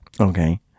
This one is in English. Okay